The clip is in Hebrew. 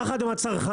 יחד עם הצרכנים.